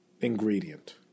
ingredient